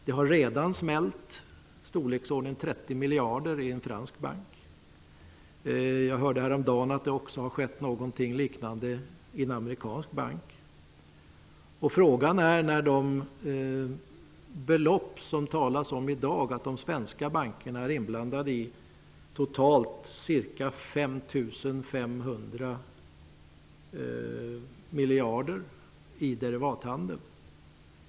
Det har redan smällt i en fransk bank. Det rör sig om i storleksordningen 30 miljarder kronor. Häromdagen hörde jag att något liknande har skett i en amerikansk bank. De belopp som det i dag talas om, och då är de svenska bankerna inblandade, uppgår till totalt ca 5 500 miljarder i derivathandeln.